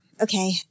okay